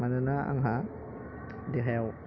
मानोना आंहा देहायाव